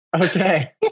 Okay